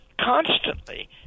constantly